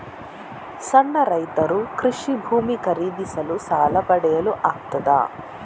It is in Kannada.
ಸಣ್ಣ ರೈತರು ಕೃಷಿ ಭೂಮಿ ಖರೀದಿಸಲು ಸಾಲ ಪಡೆಯಲು ಆಗ್ತದ?